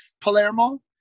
Palermo